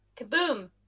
Kaboom